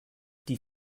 die